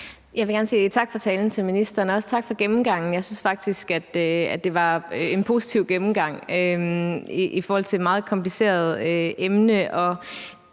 for talen og også tak for gennemgangen. Jeg synes faktisk, at det var en positiv gennemgang i forhold til et meget kompliceret emne,